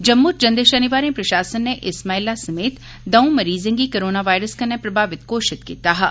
जम्मू च जंदे शनिवारे प्रशासन नै इस महिला समेत द'ऊं मरीजें गी कोरोना वायरस कन्नै प्रभावित घोषित कीता हा